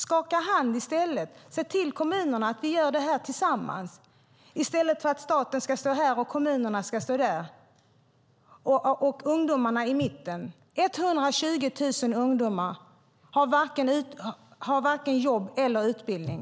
Skaka hand och säg till kommunerna att vi ska göra det här tillsammans i stället för att staten ska stå här, kommunerna ska stå där och ungdomarna ska stå i mitten. 120 000 ungdomar har i dag varken jobb eller utbildning.